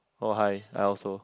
oh hi I also